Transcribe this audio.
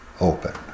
open